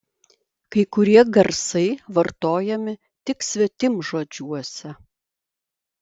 kai kurie garsai vartojami tik svetimžodžiuose